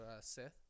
Sith